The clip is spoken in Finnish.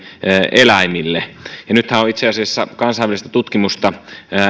eläimille nythän on itse asiassa suomeenkin rantautunut kansainvälistä tutkimusta